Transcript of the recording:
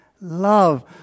love